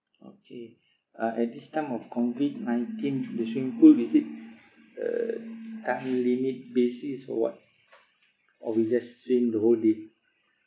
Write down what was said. okay uh at this time of COVID nineteen the swimming pool is it uh time limit basis or what or we just swim the whole day